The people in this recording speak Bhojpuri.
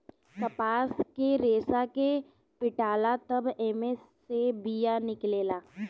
कपास के रेसा के पीटाला तब एमे से बिया निकलेला